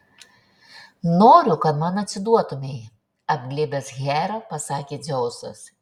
noriu kad man atsiduotumei apglėbęs herą pasakė dzeusas